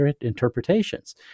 interpretations